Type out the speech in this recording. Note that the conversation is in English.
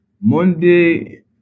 Monday